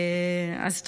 אז תודה.